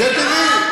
זה טבעי.